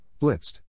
Blitzed